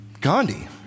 Gandhi